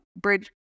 bridge